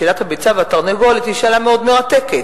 שאלת הביצה והתרנגולת היא שאלה מאוד מרתקת.